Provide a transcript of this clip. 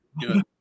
Good